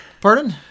Pardon